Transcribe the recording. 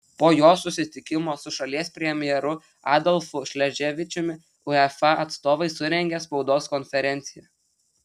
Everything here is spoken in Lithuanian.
po jos susitikimo su šalies premjeru adolfu šleževičiumi uefa atstovai surengė spaudos konferenciją